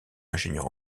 ingénieur